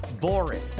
boring